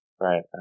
right